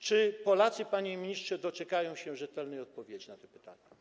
Czy Polacy, panie ministrze, doczekają się rzetelnej odpowiedzi na te pytania?